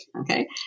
Okay